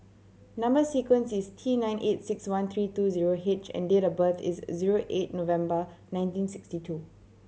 number sequence is T nine eight six one three two zero H and date of birth is zero eight November nineteen sixty two